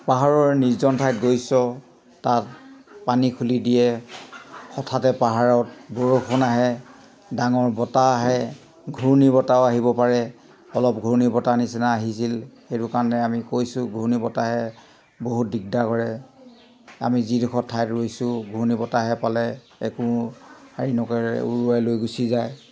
পাহাৰৰ নিৰ্জন ঠাইত গৈছ তাত পানী খুলি দিয়ে হঠাতে পাহাৰত বৰষুণ আহে ডাঙৰ বতাহ আহে ঘূৰ্ণীবতাহো আহিব পাৰে অলপ ঘূৰ্ণীবতাহ নিচিনা আহিছিল সেইটো কাৰণে আমি কৈছোঁ ঘূৰ্ণীবতাহে বহুত দিগদাৰ কৰে আমি যিডোখৰ ঠাইত ৰৈছোঁ ঘূৰ্ণীবতাহে পালে একো হেৰি নকৰে উৰুৱাই লৈ গুচি যায়